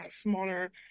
smaller